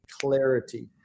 clarity